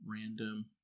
random